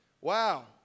Wow